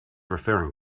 referring